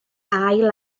ail